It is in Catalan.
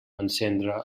encendre